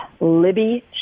Libby